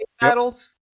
battles